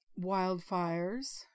wildfires